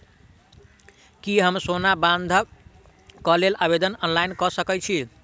की हम सोना बंधन कऽ लेल आवेदन ऑनलाइन कऽ सकै छी?